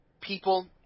people